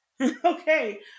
Okay